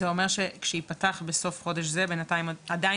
זה אומר שכשייפתח בסוף חודש זה בינתיים עדיין